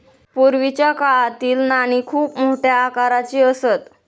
पूर्वीच्या काळातील नाणी खूप मोठ्या आकाराची असत